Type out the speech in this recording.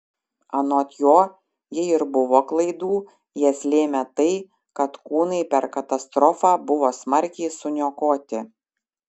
anot jo jei ir buvo klaidų jas lėmė tai kad kūnai per katastrofą buvo smarkiai suniokoti